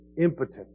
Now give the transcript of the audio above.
impotent